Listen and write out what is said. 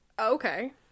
Okay